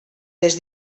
des